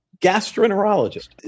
gastroenterologist